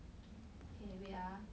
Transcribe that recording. okay wait ah